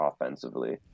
offensively